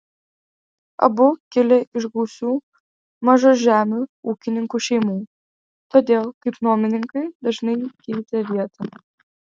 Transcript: abu kilę iš gausių mažažemių ūkininkų šeimų todėl kaip nuomininkai dažnai keitė vietą